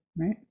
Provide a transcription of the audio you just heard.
Right